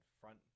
front